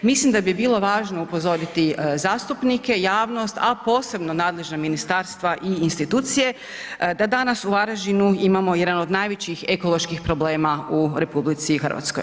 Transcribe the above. Mislim da bi bilo važno upozoriti zastupnike, javnost, a posebno nadležna ministarstva i institucije, da danas u Varaždinu imamo jedan od najvećih ekoloških problema u RH.